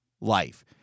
life